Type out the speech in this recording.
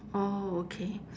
orh okay